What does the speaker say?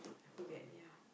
I forget ya